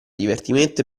divertimento